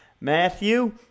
Matthew